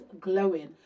glowing